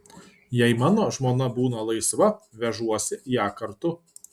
jei mano žmona būna laisva vežuosi ją kartu